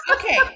Okay